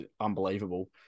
unbelievable